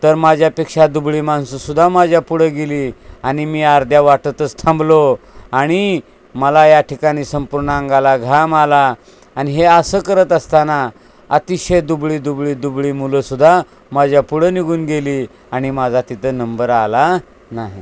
तर माझ्यापेक्षा दुबळी माणसंसुद्धा माझ्या पुढं गेली आणि मी अर्ध्या वाटेतच थांबलो आणि मला या ठिकाणी संपूर्ण अंगाला घाम आला आणि हे असं करत असताना अतिशय दुबळी दुबळी दुबळी मुलं सुद्धा माझ्या पुढं निघून गेली आणि माझा तिथं नंबर आला नाही